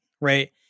right